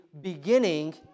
beginning